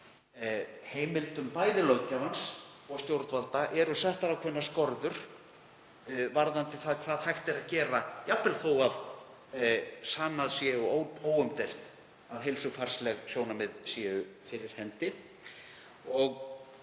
Heimildum bæði löggjafans og stjórnvalda eru settar ákveðnar skorður varðandi það hvað hægt er að gera, jafnvel þó að sannað sé og óumdeilt að heilsufarsleg sjónarmið séu fyrir hendi.